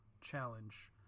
challenge